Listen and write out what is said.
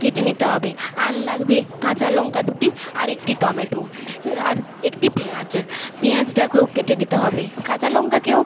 কেটে নিতে হবে আর লাগবে কাঁচা লঙ্কা দুটি আর একটি টমেটো আর একটি পেঁয়াজ পেঁয়াজটাকেও কেটে নিতে হবে কাঁচা লঙ্কাকেও